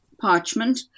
parchment